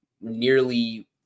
nearly